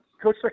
Coach